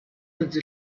was